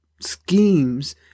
schemes